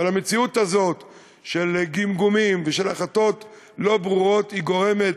אבל המציאות הזאת של גמגומים ושל החלטות לא ברורות גורמת